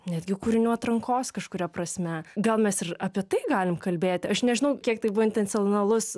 netgi kūrinių atrankos kažkuria prasme gal mes ir apie tai galim kalbėti aš nežinau kiek tai buvo intencionalus